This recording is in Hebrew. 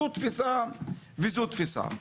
זו תפיסה וזו תפיסה.